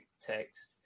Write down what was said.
text